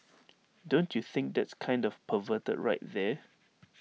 don't you think that's kind of perverted right there